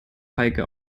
heike